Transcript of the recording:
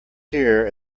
here